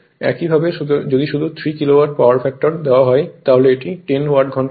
একইভাবে যদি শুধু 3 কিলোওয়াট পাওয়ার ফ্যাক্টর দেওয়া হয় তাহলে এটি 10 ঘন্টা হয়